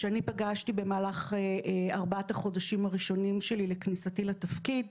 שאני פגשתי במהלך ארבעת החודשים הראשונים שלי לכניסתי לתפקיד.